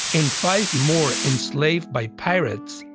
and five more enslaved by pirates,